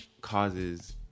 causes